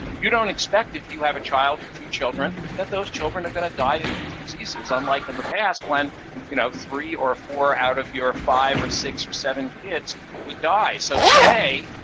you don't expect, if you have a child or two children, that those children are going to die of these diseases, unlike in the past, when you know three or four out of your five or six or seven kids would die. so today,